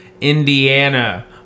Indiana